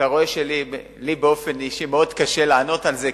אתה רואה שלי באופן אישי מאוד קשה לענות על זה,